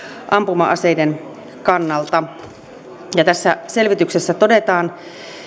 ampuma aseiden kannalta tässä selvityksessä todetaan